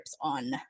on